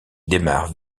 démarre